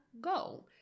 go